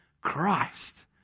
Christ